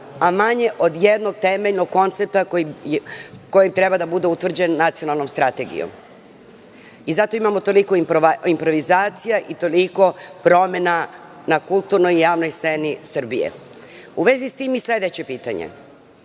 a manje od jednog temeljnog koncepta koji treba da bude utvrđen Nacionalnog strategijom i zato imamo improvizaciju i toliko promena na kulturnoj javnoj sceni Srbije.U vezi sa tim i sledeće pitanje.